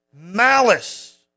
malice